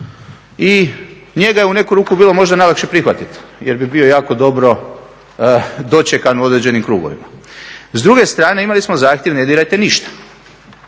I njega je u neku ruku bilo možda najlakše prihvatiti jer bi bio jako dobro dočekan u određenim krugovima. S druge strane imali smo zahtjev ne dirajte ništa.